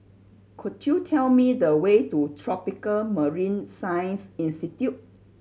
could you tell me the way to Tropical Marine Science Institute